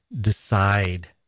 decide